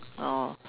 oh